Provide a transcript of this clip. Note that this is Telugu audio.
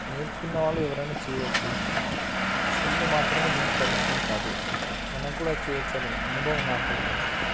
నేర్చుకున్న వాళ్ళు ఎవరైనా చేయచ్చు స్త్రీలు మాత్రమే దీనికి పరిమితం కాదు మనం కూడా చేయవచ్చని అనుభవం నాకు కలిగింది